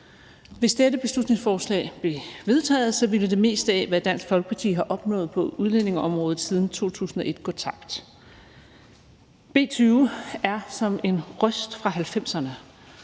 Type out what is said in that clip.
Hvis dette beslutningsforslag blev vedtaget, ville det meste af, hvad Dansk Folkeparti har opnået på udlændingeområdet siden 2001, gå tabt. B 20 er som en røst fra 1990'erne.